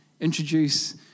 introduce